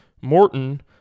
Morton